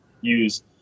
use